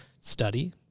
study